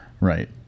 Right